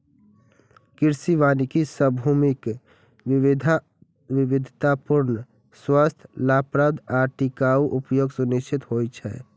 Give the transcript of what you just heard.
कृषि वानिकी सं भूमिक विविधतापूर्ण, स्वस्थ, लाभप्रद आ टिकाउ उपयोग सुनिश्चित होइ छै